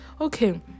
okay